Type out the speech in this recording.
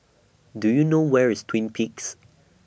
Do YOU know Where IS Twin Peaks